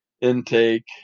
intake